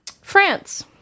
France